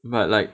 but like